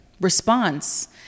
response